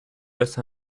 esa